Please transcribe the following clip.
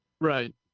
Right